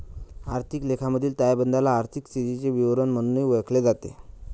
आर्थिक लेखामधील ताळेबंदाला आर्थिक स्थितीचे विवरण म्हणूनही ओळखले जाते